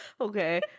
okay